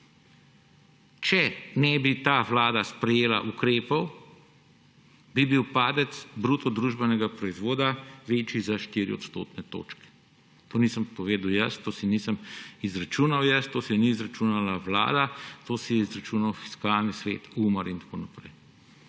»Če ta vlada ne bi sprejela ukrepov, bi bil padec bruto družbenega proizvoda večji za 4 odstotne točke.« Tega nisem povedal jaz, tega si nisem izračunal jaz, tega si ni izračunala Vlada, to so izračunali Fiskalni svet, UMAR in tako naprej.